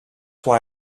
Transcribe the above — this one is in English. why